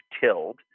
tilled